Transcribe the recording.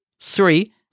Three